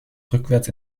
rückwärts